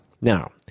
Now